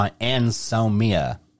insomnia